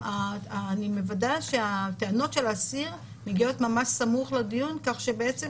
אני מוודאת שהטענות של האסיר מגיעות ממש סמוך לדיון כך שבעצם